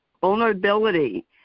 vulnerability